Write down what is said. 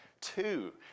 two